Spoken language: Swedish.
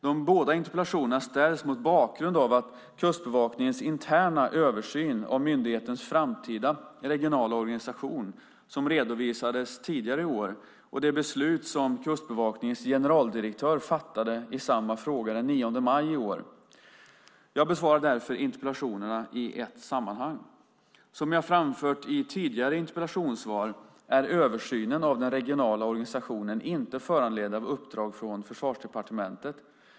De båda interpellationerna ställs mot bakgrund av Kustbevakningens interna översyn av myndighetens framtida regionala organisation, som redovisades tidigare i år, och det beslut som Kustbevakningens generaldirektör fattade i samma fråga den 9 maj i år. Jag besvarar därför interpellationerna i ett sammanhang. Som jag framfört i tidigare interpellationssvar är översynen av den regionala organisationen inte föranledd av uppdrag från Försvarsdepartementet.